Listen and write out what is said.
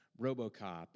RoboCop